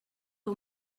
que